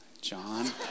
John